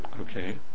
Okay